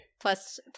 plus